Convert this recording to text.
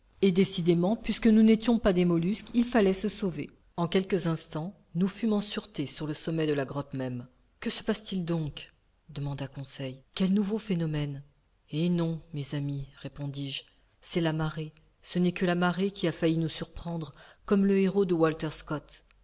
et décidément puisque nous n'étions pas des mollusques il fallait se sauver en quelques instants nous fûmes en sûreté sur le sommet de la grotte même que se passe-t-il donc demanda conseil quelque nouveau phénomène eh non mes amis répondis-je c'est la marée ce n'est que la marée qui a failli nous surprendre comme le héros de walter scott